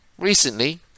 Recently